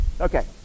Okay